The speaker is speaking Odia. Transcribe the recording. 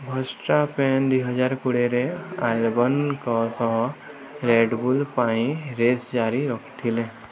ଭର୍ଷ୍ଟାପେନ୍ ଦୁଇହଜାର କୋଡ଼ିଏରେ ଆଲବନ୍ଙ୍କ ସହ ରେଡ଼୍ ବୁଲ୍ ପାଇଁ ରେସ୍ ଜାରି ରଖିଥିଲେ